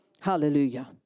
Hallelujah